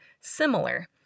similar